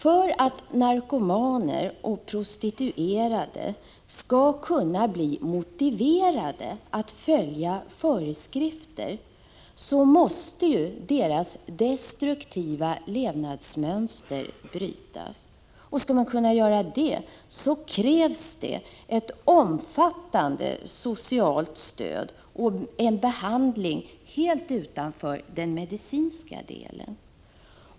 För att narkomaner och prostituerade skall kunna bli motiverade att följa föreskrifter måste deras destruktiva levnadsmönster brytas. Skall man kunna göra det, krävs det ett omfattande socialt stöd och en behandling helt utanför den medicinska delen.